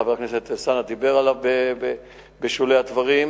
חבר הכנסת אלסאנע דיבר עליו בשולי הדברים.